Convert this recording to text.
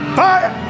fire